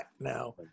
now